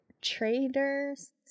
traders